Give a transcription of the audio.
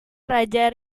raja